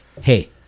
hey